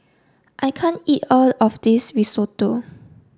I can't eat all of this Risotto